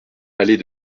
allée